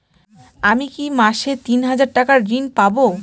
আমি কি মাসে তিন হাজার টাকার ঋণ পাবো?